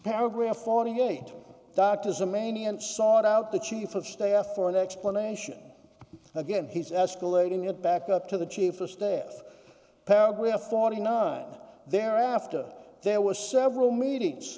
paragraph forty eight doctors a mania and sought out the chief of staff for an explanation again he's escalating it back up to the chief of staff with forty nine thereafter there was several meetings